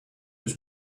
his